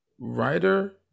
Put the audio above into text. writer